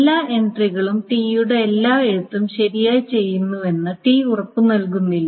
എല്ലാ എൻട്രികളും ടി യുടെ എല്ലാ എഴുത്തും ശരിയായി ചെയ്യുന്നുവെന്ന് ടി ഉറപ്പുനൽകുന്നില്ല